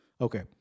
Okay